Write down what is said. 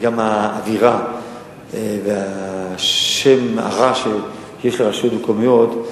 האווירה והשם הרע שיש לרשויות המקומיות,